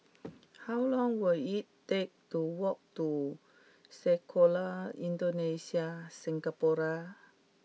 how long will it take to walk to Sekolah Indonesia Singapura